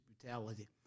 brutality